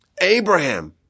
Abraham